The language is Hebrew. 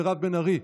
מירב בן ארי,